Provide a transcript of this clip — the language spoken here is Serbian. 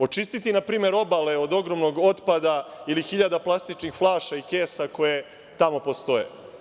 Očistiti, npr, obale od ogromnog otpada ili hiljade plastičnih flaša i kesa koje tamo postoje.